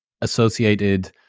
associated